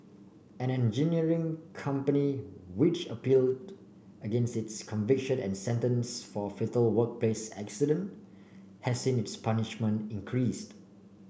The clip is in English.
an engineering company which appealed against its conviction and sentence for fatal workplace accident has seen its punishment increased